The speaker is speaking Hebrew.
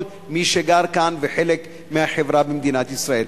מי שגר כאן וחלק מהחברה במדינת ישראל.